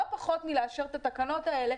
לא פחות מלאשר את התקנות האלה,